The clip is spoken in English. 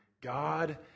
God